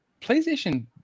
PlayStation